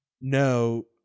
No